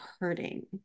hurting